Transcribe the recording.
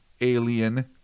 alien